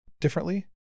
differently